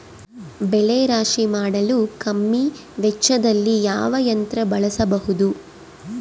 ಬೆಳೆ ರಾಶಿ ಮಾಡಲು ಕಮ್ಮಿ ವೆಚ್ಚದಲ್ಲಿ ಯಾವ ಯಂತ್ರ ಬಳಸಬಹುದು?